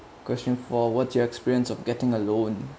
question for what's your experience of getting a loan